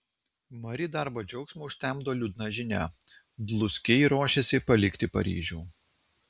mari darbo džiaugsmą užtemdo liūdna žinia dluskiai ruošiasi palikti paryžių